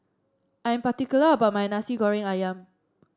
I am particular about my Nasi Goreng ayam